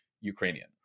Ukrainian